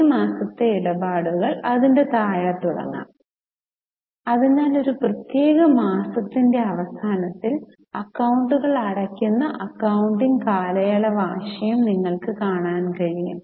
May മാസത്തെ ഇടപാടുകൾ അതിന്റെ താഴെ തുടങ്ങാം അതിനാൽ ഒരു പ്രത്യേക മാസത്തിന്റെ അവസാനത്തിൽ അക്കൌണ്ടുകൾ അടയ്ക്കുന്ന അക്കൌണ്ടിംഗ് കാലയളവ് ആശയം നിങ്ങൾക്ക് കാണാൻ കഴിയും